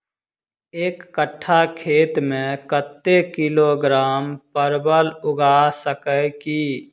एक कट्ठा खेत मे कत्ते किलोग्राम परवल उगा सकय की??